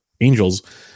Angels